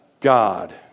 God